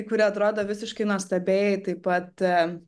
kuri atrodo visiškai nuostabiai taip pat